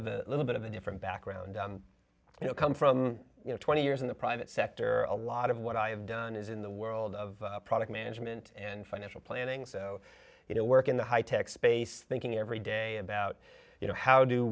of a little bit of a different background you know come from you know twenty years in the private sector a lot of what i have done is in the world of product management and financial planning so you know work in the high tech space thinking every day about you know how do